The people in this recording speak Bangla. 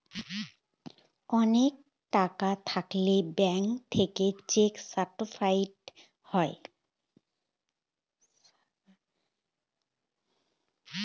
অনেক টাকা থাকলে ব্যাঙ্ক থেকে চেক সার্টিফাইড হয়